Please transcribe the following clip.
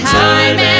time